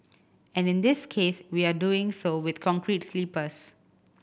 and in this case we are doing so with concrete sleepers